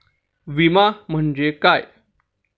विमा म्हणजे काय?